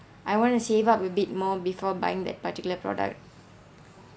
I want to save up a bit more before buying that particular product